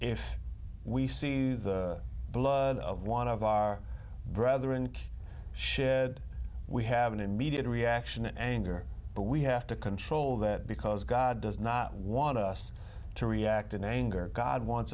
if we see the blood of one of our brother in shed we have an immediate reaction anger but we have to control that because god does not want us to react in anger god wants